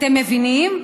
אתם מבינים?